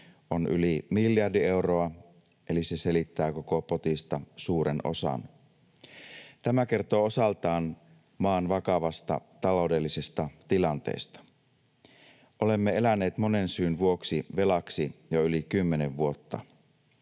on yli miljardi euroa, eli se selittää koko potista suuren osan. Tämä kertoo osaltaan maan vakavasta taloudellisesta tilanteesta. Olemme eläneet monen syyn vuoksi velaksi jo yli kymmenen vuotta.